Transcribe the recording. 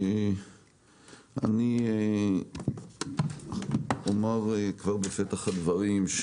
אני אומר כבר בפתח הדברים,